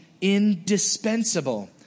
indispensable